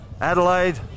Adelaide